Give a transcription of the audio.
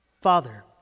Father